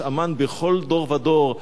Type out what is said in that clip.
יש המן בכל דור ודור,